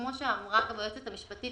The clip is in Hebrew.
כמו שאמרה היועצת המשפטית,